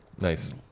nice